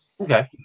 Okay